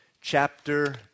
chapter